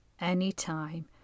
anytime